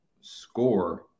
score